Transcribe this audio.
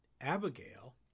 Abigail